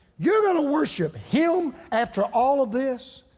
you're gonna worship him after all of this?